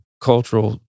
cultural